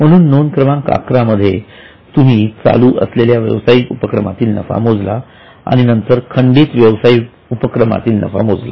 म्हणून नोंद क्रमांक 11 मध्ये तुम्ही चालू असलेल्या व्यावसायिक उपक्रमातील नफा मोजला आणि नंतर खंडित व्यावसायिक उपक्रमातील नफा मोजला